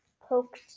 poked